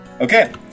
Okay